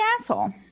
asshole